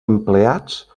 empleats